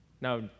Now